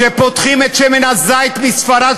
כשפותחים לשמן הזית מספרד,